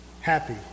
happy